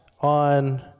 on